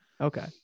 Okay